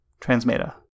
Transmeta